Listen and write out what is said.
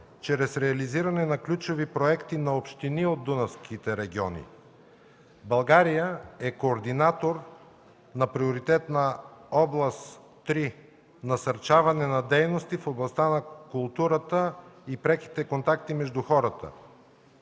чрез реализиране на ключови проекти на общини от дунавските региони. България е координатор на Приоритетна ос 3 „Насърчаване на дейности в областта на културата и преките контакти между хората”.